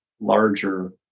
larger